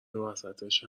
وسطش